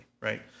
right